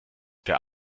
der